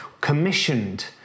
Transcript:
commissioned